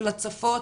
של הצפות,